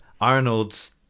Arnold's